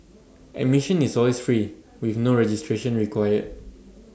admission is always free with no registration required